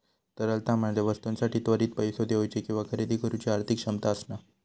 तरलता म्हणजे वस्तूंसाठी त्वरित पैसो देउची किंवा खरेदी करुची आर्थिक क्षमता असणा